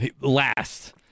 Last